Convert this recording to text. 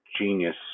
genius